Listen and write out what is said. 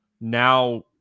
now